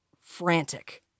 Frantic